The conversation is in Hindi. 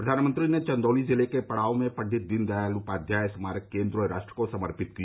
प्रधानमंत्री ने चंदौली जिले के पड़ाव में पंडित दीनदयाल उपाध्याय स्मारक केन्द्र राष्ट्र को समर्पित किया